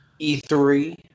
E3